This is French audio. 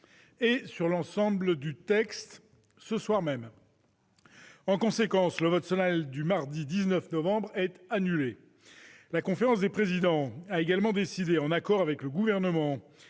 et sur l'ensemble du texte ce soir même. En conséquence, le vote solennel du mardi 19 novembre est annulé. La conférence des présidents a également décidé, en accord avec le Gouvernement,